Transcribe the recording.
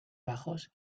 bajos